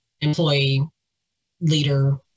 employee-leader